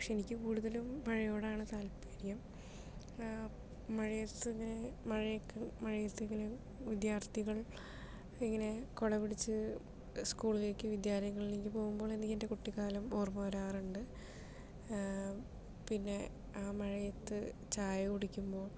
പക്ഷെ എനിക്ക് കൂടുതലും മഴയോടാണ് താല്പര്യം മഴയത്ത് മഴയത്തതിങ്ങനെ മഴയത്ത് വിദ്യാർത്ഥികൾ ഇങ്ങനെ കുട പിടിച്ച് സ്കൂളുകളിലേക്ക് വിദ്യാലയങ്ങളിലേക്ക് പോകുമ്പോൾ എനിക്കെൻ്റെ കുട്ടിക്കാലം ഓർമ വരാറുണ്ട് പിന്നെ ആ മഴയത്ത് ചായ കുടിക്കുമ്പോൾ